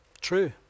True